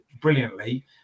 brilliantly